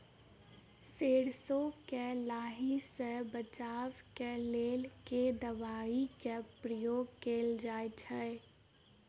सैरसो केँ लाही सऽ बचाब केँ लेल केँ दवाई केँ प्रयोग कैल जाएँ छैय?